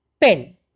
pen